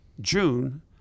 June